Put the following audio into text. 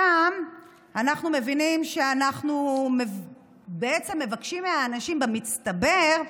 שם אנחנו מבינים שבעצם מבקשים מאנשים במצטבר,